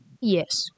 Yes